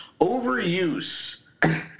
overuse